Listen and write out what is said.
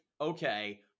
okay